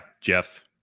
Jeff